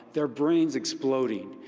their brain is exploding.